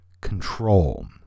control